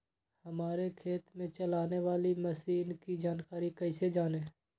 हमारे खेत में चलाने वाली मशीन की जानकारी कैसे जाने?